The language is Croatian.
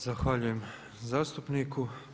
Zahvaljujem zastupniku.